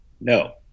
No